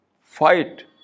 fight